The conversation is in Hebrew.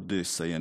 ועוד סייענים,